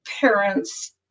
parents